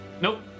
nope